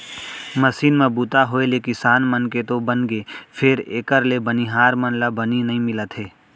machine म बूता होय ले किसान मन के तो बनगे फेर एकर ले बनिहार मन ला बनी नइ मिलत हे